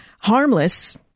harmless